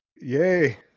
yay